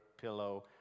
pillow